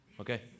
okay